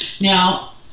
Now